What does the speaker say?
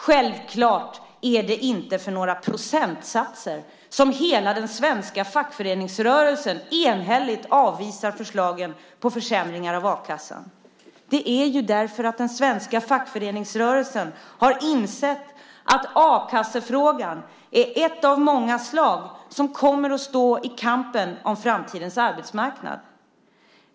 Självklart är det inte för några procentsatser som hela den svenska fackföreningsrörelsen enhälligt avvisar förslagen om försämringar av a-kassan. Det är ju för att den svenska fackföreningsrörelsen har insett att a-kassefrågan är ett av många slag som kommer att stå i kampen om framtidens arbetsmarknad.